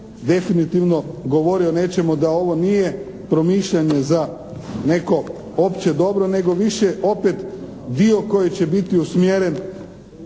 definitivno govori o nečemu da ovo nije promišljanje za neko opće dobro nego više opet dio koji će biti usmjeren